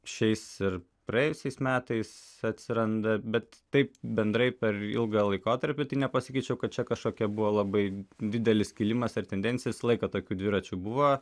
šiais ir praėjusiais metais atsiranda bet taip bendrai per ilgą laikotarpį tai nepasakyčiau kad čia kažkokia buvo labai didelis kilimas ar tendencija visą laiką tokių dviračių buvo